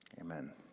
Amen